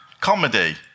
Comedy